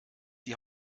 die